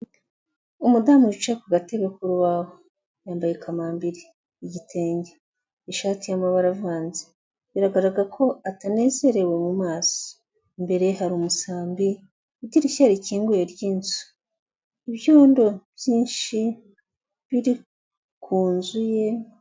Umudamu wicaye ku gatebe k'urubaho, yambaye kamambiri, igitenge, ishati y'amabara avanze, biragaragara ko atanezerewe mu maso. Imbere ye hari umusambi, idirishya rikinguye ry'inzu, ibyondo byinshi biri ku nzu ye.